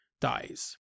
dies